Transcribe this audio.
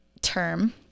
term